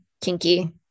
kinky